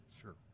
Sure